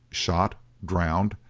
shot, drowned,